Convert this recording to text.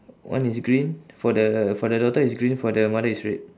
one is green for the for the daughter is green for the mother is red